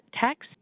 text